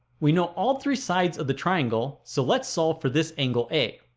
we know all three sides of the triangle. so let's solve for this angle a.